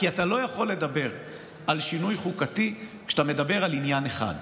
כי אתה לא יכול לדבר על שינוי חוקתי כשאתה מדבר על עניין אחד.